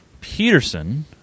Peterson